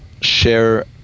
share